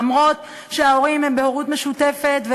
גם אם ההורים הם בהורות משותפת,